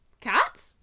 cat